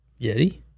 Yeti